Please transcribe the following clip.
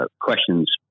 questions